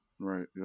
Right